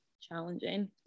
challenging